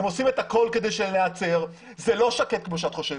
הם עושים את הכול כדי להיעצר וזה לא שקט כמו שאת חושבת.